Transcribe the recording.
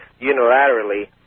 unilaterally